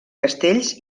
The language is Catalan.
castells